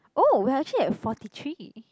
oh we are actually at forty three